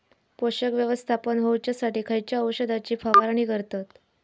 पोषक व्यवस्थापन होऊच्यासाठी खयच्या औषधाची फवारणी करतत?